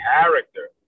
character